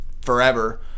forever